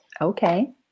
Okay